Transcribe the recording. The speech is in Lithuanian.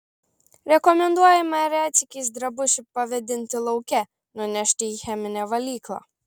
rekomenduojame retsykiais drabužį pavėdinti lauke nunešti į cheminę valyklą